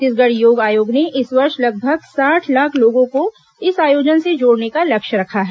छत्तीसगढ़ योग आयोग ने इस वर्ष लगभग साठ लाख लोगों को इस आयोजन से जोड़ने का लक्ष्य रखा है